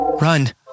run